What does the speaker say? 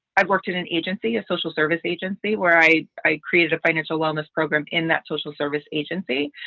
i've worked in an agency, a social service agency where i i created a financial wellness program in that social service agency.